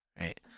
right